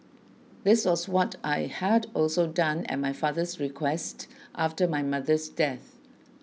this was what I had also done at my father's request after my mother's death